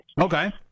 Okay